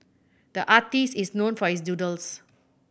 the artist is known for his doodles